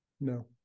No